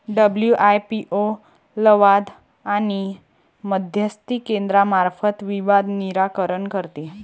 WIPO लवाद आणि मध्यस्थी केंद्रामार्फत विवाद निराकरण करते